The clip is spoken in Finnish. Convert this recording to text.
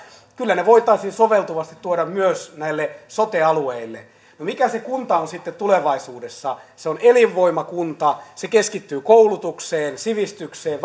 kyllä voitaisiin soveltuvasti tuoda myös sote alueille mikä se kunta on sitten tulevaisuudessa se on elinvoimakunta se keskittyy koulutukseen sivistykseen